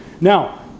now